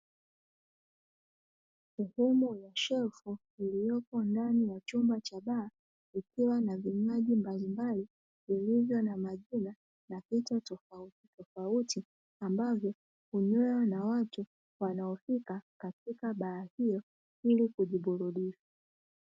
Sehemu ya shelfu ilioko ndani ya chumba cha baa, ikiwa na vinywaji mbalimbali vilivyo na maziwa na vitu tofautitofauti ambavyo hunywewa na watu wanaofika katika baa hiyo ili kujiburudisha.